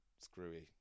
screwy